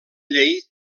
llei